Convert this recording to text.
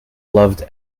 loved